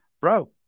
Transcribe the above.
bro